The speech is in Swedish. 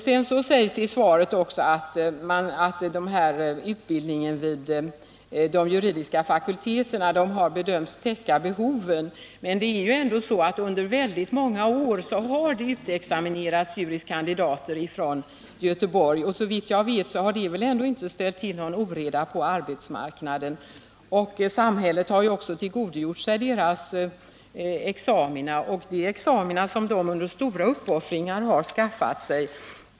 Det sägs också i svaret att utbildningen vid de juridiska fakulteterna har bedömts täcka behoven. Men det är ändå så att det under många år har utexaminerats juris kandidater i Göteborg. Såvitt jag vet har det inte ställt till någon oreda på arbetsmarknaden. Samhället har också tillgodogjort sig deras examina, och det är examina som vederbörande efter stora uppoffringar har kunnat avlägga.